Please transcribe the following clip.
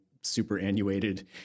superannuated